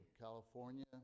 California